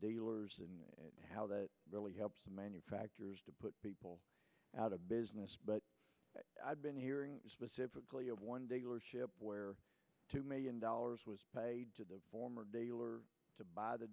dealers and how that really helps manufacturers to put people out of business but i've been hearing specifically of one diggler ship where two million dollars was paid to the former dealer to buy the